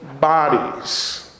bodies